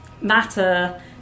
matter